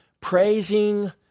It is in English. praising